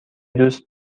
دوست